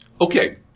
Okay